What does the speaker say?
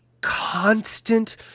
constant